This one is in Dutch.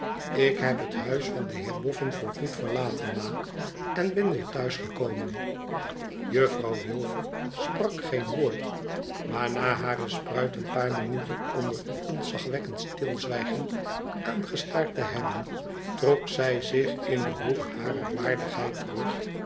ik heb het huis van den heer boffin voorgoed verlaten ma en ben weer thuis gekomen juffrouw wilfer sprak geen woord maar na hare spruit een paar minuten onder een ontzagwekkend stilzwijgen aangestaard te hebben trok zij zich in den hoek harer waardigheid terug